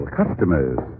customers